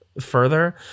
further